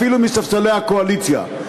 אפילו מספסלי הקואליציה.